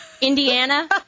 Indiana